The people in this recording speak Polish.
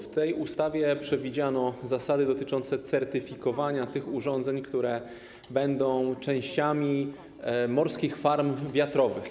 W tej ustawie przewidziano zasady dotyczące certyfikowania tych urządzeń, które będą częściami morskich farm wiatrowych.